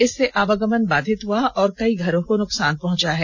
इससे आवागमन बाधित हुआ और कई घरों को नुकसान पहुंचा है